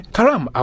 Karam